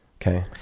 Okay